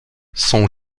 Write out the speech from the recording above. son